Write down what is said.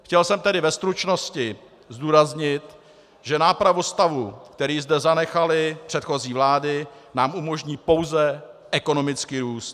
Chtěl jsem tedy ve stručnosti zdůraznit, že nápravu stavu, který zde zanechaly předchozí vlády, nám umožní pouze ekonomický růst.